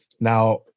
Now